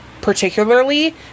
particularly